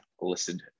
listed